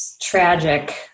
tragic